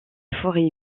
forêts